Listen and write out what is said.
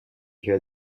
hear